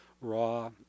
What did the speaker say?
raw